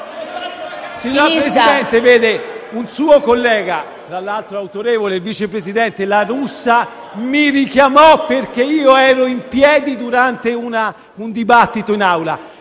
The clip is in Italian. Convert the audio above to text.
Signor Presidente, vede, un suo collega, l'autorevole vice presidente La Russa, mi richiamò perché io ero in piedi durante un dibattito in Aula.